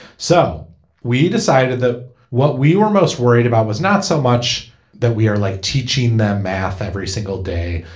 so we decided that what we were most worried about was not so much that we are like teaching them math every single day,